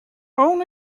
own